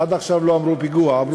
עד עכשיו לא אמרו פיגוע.